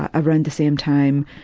ah around the same time,